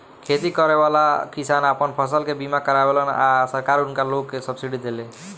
खेती करेवाला किसान आपन फसल के बीमा करावेलन आ सरकार उनका लोग के सब्सिडी देले